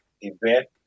event